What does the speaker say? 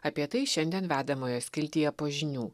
apie tai šiandien vedamojo skiltyje po žinių